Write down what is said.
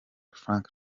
frank